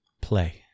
play